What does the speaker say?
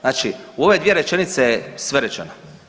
Znači u ove dvije rečenice je sve rečeno.